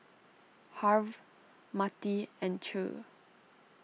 Harve Mattie and Che